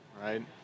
right